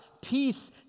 peace